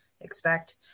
expect